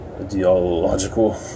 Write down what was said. ideological